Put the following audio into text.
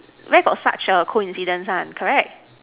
where got such a coincidence one correct